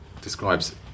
describes